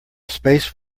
space